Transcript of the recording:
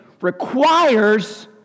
requires